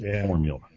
formula